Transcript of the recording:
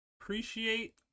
appreciate